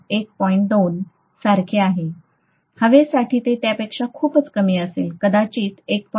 2 सारखे आहे हवेसाठी ते त्यापेक्षा खूपच कमी असेल कदाचित 1